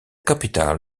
capital